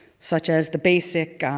such as the basic